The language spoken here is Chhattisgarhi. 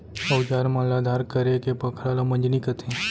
अउजार मन ल धार करेके पखरा ल मंजनी कथें